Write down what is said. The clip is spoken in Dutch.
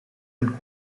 een